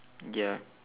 ya